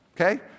okay